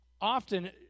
often